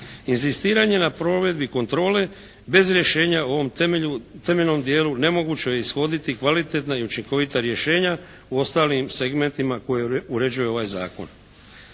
Inzistiranje na provedbi kontrole bez rješenja o ovom temeljnom dijelu nemoguće je ishoditi kvalitetna i učinkovita rješenja u ostalim segmentima koje uređuje ovaj zakon.